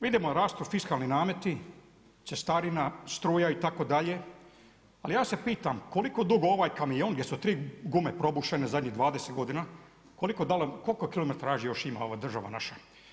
Vidimo, rastu fiskalni nameti, cestarina, struja itd. ali ja se pitam koliko dugo ovaj kamion gdje su 3 gume probušene zadnjih 20 godina, koliko kilometražu ima ova država naša?